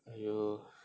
!aiyo!